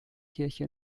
kirche